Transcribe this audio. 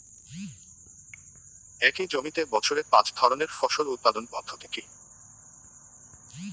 একই জমিতে বছরে পাঁচ ধরনের ফসল উৎপাদন পদ্ধতি কী?